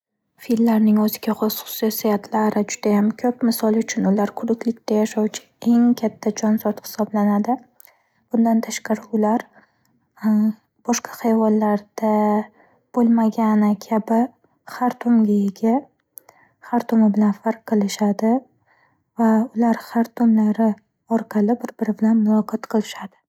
Fillarning o'ziga xos xususiyatlari judayam ko'p. Misol uchun, ular quruqlikda yashovchi eng katta jonzot hisoblanadi. Bundan tashqari ular boshqa hayvonlarda bo'lmagani kabi xartumga ega, xartumi bilan farq qilishadi va ular xartumlari orqali bir-biri bilan muloqot qilishadi.